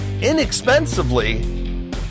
inexpensively